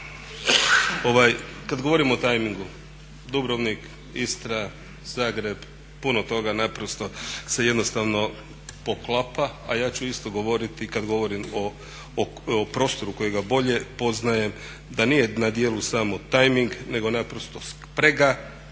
kada govorimo o tajmingu Dubrovnik, Istra, Zagreb puno toga se jednostavno poklapa, a ja ću isto govoriti o prostoru kojega bolje poznajem, da nije na djelu samo tajming nego sprega